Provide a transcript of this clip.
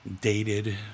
dated